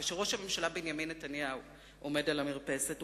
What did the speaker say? כשראש הממשלה בנימין נתניהו עומד על המרפסת הוא